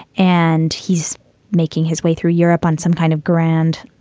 and he's making his way through europe on some kind of grand,